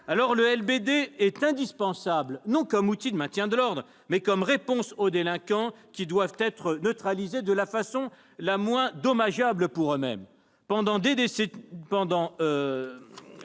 ? Le LBD est indispensable, non comme outil de maintien de l'ordre, mais comme réponse aux délinquants, qui doivent être neutralisés de la façon la moins dommageable pour eux-mêmes. Bien sûr, et sur ce point